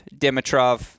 Dimitrov